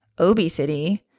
obesity